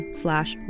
slash